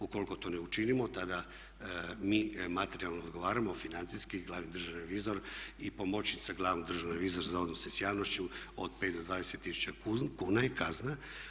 Ukoliko to ne učinimo tada mi materijalno odgovaramo, financijski, glavni državni revizor i pomoćnica glavnog državnog revizora za odnose s javnošću od 5 do 20 tisuća kuna je kazna.